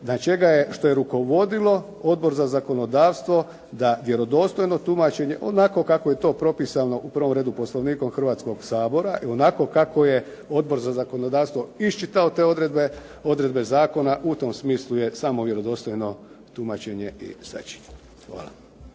na temelju čega se rukovodio Odbor za zakonodavstvo da vjerodostojno tumačenje, onako kako je to propisano u prvom redu Poslovnikom Hrvatskoga sabora i onako kako je Odbor za zakonodavstvo iščitao te odredbe, odredbe zakona, u tom smislu je samo vjerodostojno tumačenje i sačinjen. Hvala.